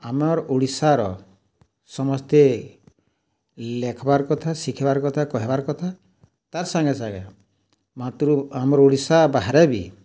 ଆମର୍ ଓଡ଼ିଶାର ସମସ୍ତେ ଲେଖ୍ବାର୍ କଥା ଶିଖ୍ବାର୍ କଥା କହେବାର୍ କଥା ତାର୍ ସାଙ୍ଗେ ସାଙ୍ଗେ ମାତୃ ଆମର୍ ଓଡ଼ିଶା ବାହାରେ ବି